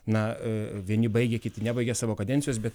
na vieni baigia kiti nebaigia savo kadencijos bet